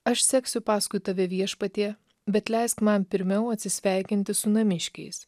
aš seksiu paskui tave viešpatie bet leisk man pirmiau atsisveikinti su namiškiais